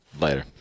Later